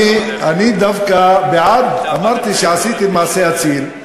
אני דווקא בעד, אמרתי שעשיתי מעשה אציל,